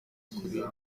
kurimba